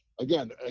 Again